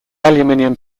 aluminum